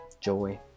joy